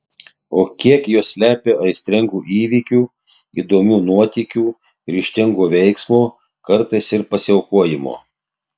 o kiek jos slepia aistringų įvykių įdomių nuotykių ryžtingo veiksmo kartais ir pasiaukojimo